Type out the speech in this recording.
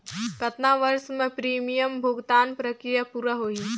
कतना वर्ष मे प्रीमियम भुगतान प्रक्रिया पूरा होही?